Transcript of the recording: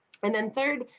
and then third,